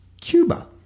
Cuba